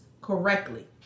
correctly